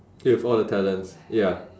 with all the talents ya